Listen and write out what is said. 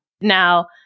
Now